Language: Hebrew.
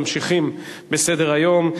ממשיכים בסדר-היום.